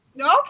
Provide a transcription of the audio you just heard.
Okay